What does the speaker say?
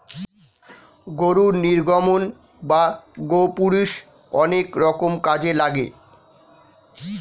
গরুর নির্গমন বা গোপুরীষ অনেক রকম কাজে লাগে